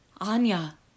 Anya